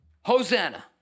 Hosanna